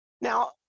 Now